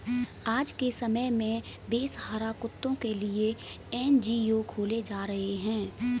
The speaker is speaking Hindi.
आज के समय में बेसहारा कुत्तों के लिए भी एन.जी.ओ खोले जा रहे हैं